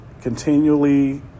continually